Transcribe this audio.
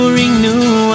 renew